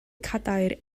cadair